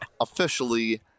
officially